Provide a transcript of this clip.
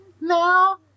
now